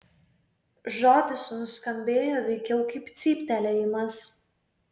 žodis nuskambėjo veikiau kaip cyptelėjimas